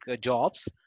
jobs